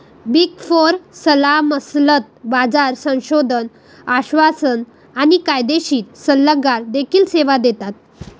big four सल्लामसलत, बाजार संशोधन, आश्वासन आणि कायदेशीर सल्लागार देखील सेवा देतात